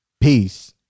peace